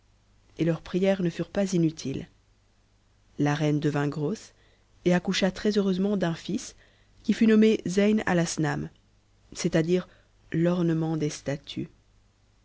et leurs prières ne furent pas inutiles la reine devint grosse et accoucha très-heureusement d'un fils qui fut nommé zeyn alasnam c'est-à-dire l'ornement des statues